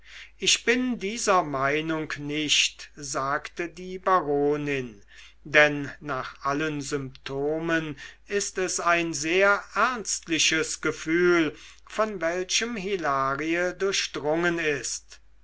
ich bin dieser meinung nicht sagte die baronin denn nach allen symptomen ist es ein sehr ernstliches gefühl von welchem hilarie durchdrungen ist